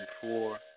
four